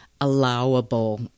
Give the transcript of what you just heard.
allowable